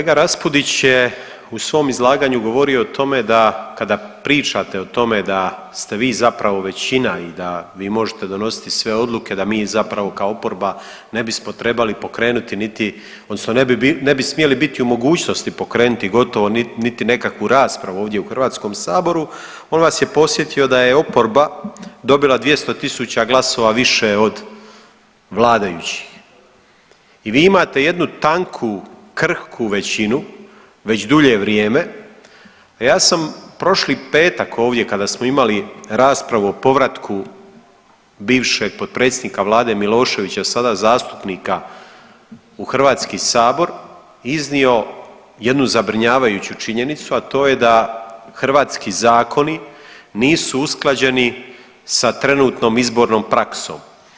Kolega Raspudić je u svom izlaganju govorio o tome da kada pričate o tome da ste vi zapravo većina i da vi možete donositi sve odluke, da mi zapravo kao oporba ne bismo trebali pokrenuti niti odnosno ne bi smjeli biti u mogućnosti pokrenuti gotovo niti nekakvu raspravu ovdje u HS, on vas je podsjetio da oporba dobila 200 tisuća glasova više od vladajućih i vi imate jednu taknu, krhku većinu već dulje vrijeme, a ja sam prošli petak ovdje kada smo imali raspravu o povratku bivšeg potpredsjednika vlade Miloševića, sada zastupnika u HS, iznio jednu zabrinjavajuću činjenicu, a to je da hrvatski zakoni nisu usklađeni sa trenutnom izbornom praksom.